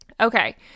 Okay